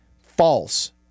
False